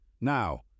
Now